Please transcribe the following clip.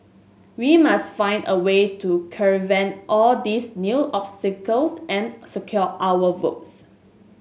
we must find a way to circumvent all these new obstacles and secure our votes